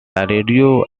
radio